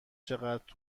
چقدر